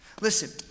Listen